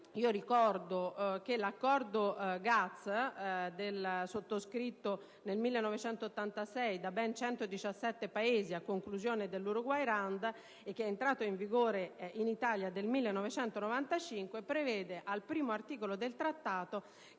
Ricordo che l'Accordo GATS, sottoscritto nel 1986 da ben 117 Paesi a conclusione dell'Uruguay *Round* ed entrato in vigore in Italia nel 1995, prevede al primo articolo che lo